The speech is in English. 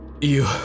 You-